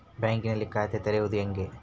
ಬ್ಯಾಂಕಿನಲ್ಲಿ ಖಾತೆ ತೆರೆಯುವುದು ಹೇಗೆ?